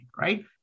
right